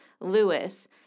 Lewis